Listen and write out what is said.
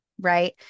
right